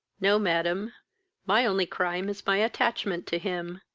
no, madam my only crime is my attachment to him.